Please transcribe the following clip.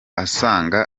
asanga